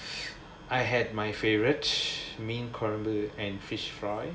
I had my favourite mint crumble and fish fry